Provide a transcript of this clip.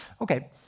Okay